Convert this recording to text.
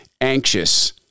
anxious